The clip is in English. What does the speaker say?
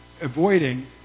avoiding